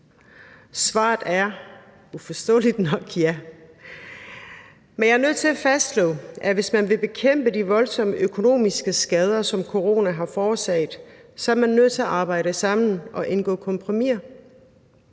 Svaret er uforståeligt nok ja. Men jeg er nødt til at fastslå, at hvis man vil bekæmpe de voldsomme økonomiske skader, som corona har forårsaget, er man nødt til at arbejde sammen og indgå kompromiser.